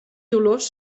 dolors